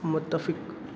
متفق